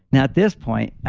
now at this point,